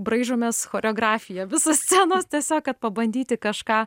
braižomės choreografiją visos scenos tiesiog kad pabandyti kažką